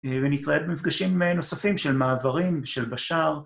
ונתראה במפגשים נוספים של מעברים, של בשאר.